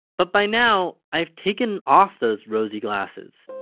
but by now, i've taken off those rosy glasses.